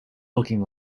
looking